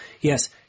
yes